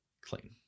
clean